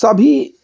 सभी